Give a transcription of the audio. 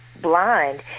Blind